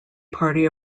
party